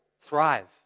Thrive